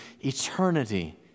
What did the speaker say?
eternity